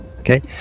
Okay